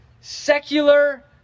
secular